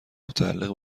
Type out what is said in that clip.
متعلق